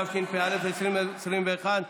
התשפ"א 2021,